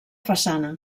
façana